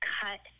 cut